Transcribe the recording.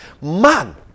Man